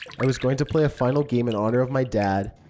i was going to play a final game in honor of my dad.